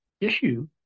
issue